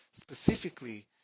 specifically